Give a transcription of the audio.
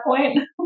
point